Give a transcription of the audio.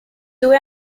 due